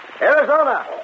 Arizona